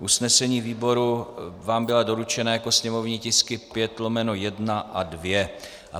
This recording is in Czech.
Usnesení výboru vám byla doručena jako sněmovní tisky 5/1 a 2.